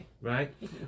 Right